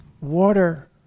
Water